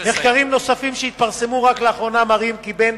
מחקרים נוספים שהתפרסמו רק לאחרונה מראים כי בין